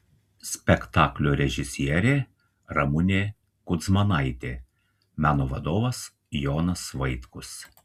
spektaklio režisierė ramunė kudzmanaitė meno vadovas jonas vaitkus